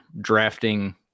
drafting